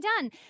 done